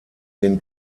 den